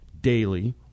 daily